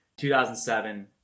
2007